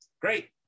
Great